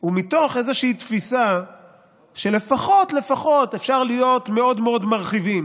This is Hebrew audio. הוא מתוך איזושהי תפיסה שלפחות לפחות אפשר להיות מאוד מאוד מרחיבים,